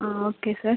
ah okay sir